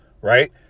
right